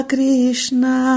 Krishna